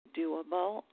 doable